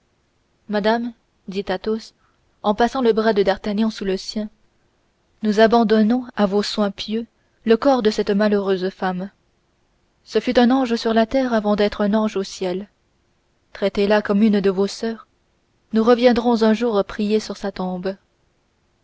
madame dit athos en passant le bras de d'artagnan sous le sien nous abandonnons à vos soins pieux le corps de cette malheureuse femme ce fut un ange sur la terre avant d'être un ange au ciel traitez la comme une de vos soeurs nous reviendrons un jour prier sur sa tombe